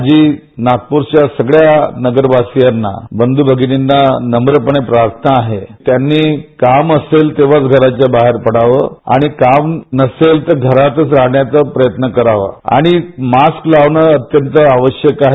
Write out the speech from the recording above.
माझी नागपूरच्या सगळ्या नगरवासियांना बंधू भगिनिंना नम्मपणे प्रार्थना आहे कि त्यांनी काम असलं तेव्हाच घराच्या बाहेर पडावं आणि काम नसेल तर घरातच राहण्याचं प्रयत्न करावा आणि मास्क लावणं अत्यंत आवश्यक आहे